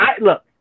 Look